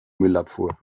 müllabfuhr